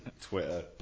Twitter